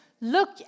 look